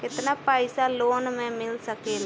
केतना पाइसा लोन में मिल सकेला?